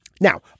Now